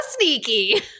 sneaky